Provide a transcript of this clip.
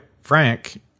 frank